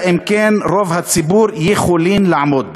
אם כן רוב הציבור יכולים לעמוד בה.